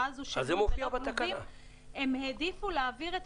הזו של לול ללא כלובים הם העדיפו להעביר את